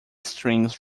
strings